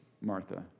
Martha